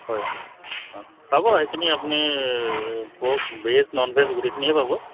হয় অঁ পাব সেইখিনি আপুনি পৰ্ক ভেজ নন ভেজ গোটেইখিনিয়ে পাব